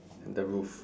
and the roof